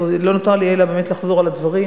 אז לא נותר לי אלא באמת לחזור על הדברים.